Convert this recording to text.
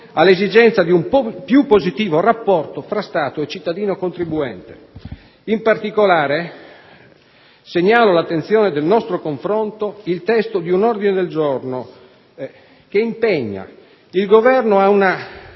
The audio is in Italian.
all'esigenza di un più positivo rapporto tra Stato e cittadino contribuente. In particolare, segnalo all'attenzione del nostro confronto il testo di un ordine del giorno che impegna il Governo ad un